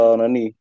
nani